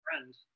friends